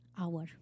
hour